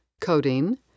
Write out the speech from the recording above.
codeine